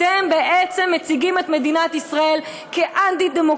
אתם בעצם מציגים את מדינת ישראל כאנטי-דמוקרטית,